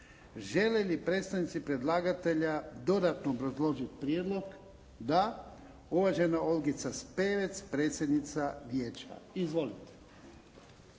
Žele li predstavnici predlagatelja dodatno obrazložiti prijedlog? Da. Uvažena Olgica Spevec, predsjednica Vijeća. Izvolite.